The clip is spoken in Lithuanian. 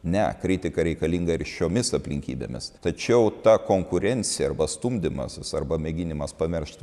ne kritika reikalinga ir šiomis aplinkybėmis tačiau ta konkurencija arba stumdymasis arba mėginimas pamiršt